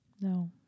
No